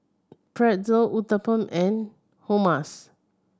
Pretzel Uthapam and Hummus